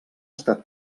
estat